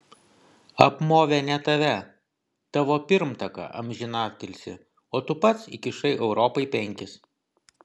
apmovė ne tave tavo pirmtaką amžinatilsį o tu pats įkišai europai penkis